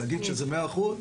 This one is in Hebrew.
להגיד שזה 100 אחוז?